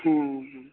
ਹਮ